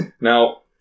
Now